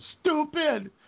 stupid